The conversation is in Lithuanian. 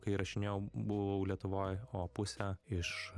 kai įrašinėjau buvau lietuvoje o pusė iš